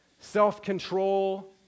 Self-control